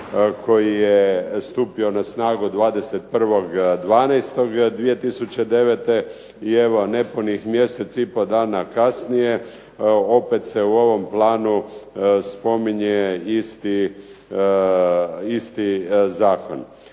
koji je stupio na snagu 21.12.2009. I evo, nepunih mjesec i pol dana kasnije opet se u ovom planu spominje isti zakon.